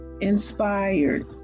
inspired